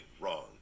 wrong